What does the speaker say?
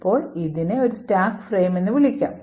നമ്മൾ ഇതിനെ ഒരു സ്റ്റാക്ക് ഫ്രെയിം എന്ന് വിളിക്കുന്നു